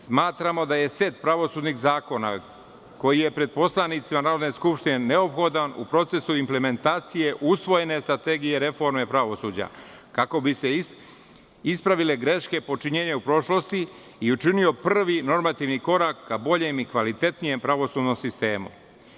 Smatramo da je set pravosudnih zakona koji je pred poslanicima Narodne skupštine, neophodan u procesu implementacije, usvojene strategije reforme pravosuđa, kako bi se ispravile greške počinjene u prošlosti i učinio prvi normativni korak ka boljem i kvalitetnijem pravosudnom sistemu.